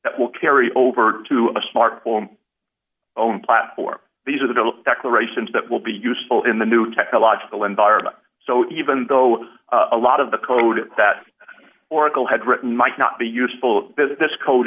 that will carry over to a smartphone own platform these are the declarations that will be useful in the new technological environment so even though a lot of the code that oracle had written might not be useful as this co